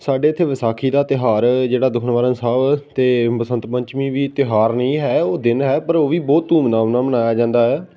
ਸਾਡੇ ਇੱਥੇ ਵਿਸਾਖੀ ਦਾ ਤਿਉਹਾਰ ਜਿਹੜਾ ਦੁੱਖ ਨਿਵਾਰਨ ਸਾਹਿਬ ਅਤੇ ਬਸੰਤ ਪੰਚਮੀ ਵੀ ਤਿਉਹਾਰ ਨਹੀਂ ਹੈ ਉਹ ਦਿਨ ਹੈ ਪਰ ਉਹ ਵੀ ਬਹੁਤ ਧੂਮ ਧਾਮ ਨਾਲ ਮਨਾਇਆ ਜਾਂਦਾ ਹੈ